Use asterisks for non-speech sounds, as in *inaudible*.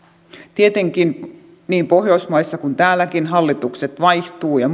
tietenkin niin pohjoismaissa kuin täälläkin hallitukset vaihtuvat ja *unintelligible*